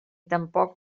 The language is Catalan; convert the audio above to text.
tampoc